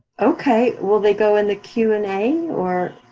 okay, will they go in the q and a, or?